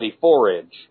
forage